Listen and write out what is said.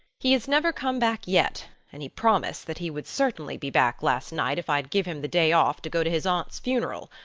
he has never come back yet and he promised that he would certainly be back last night if i'd give him the day off to go to his aunt's funeral.